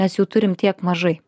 mes jų turim tiek mažai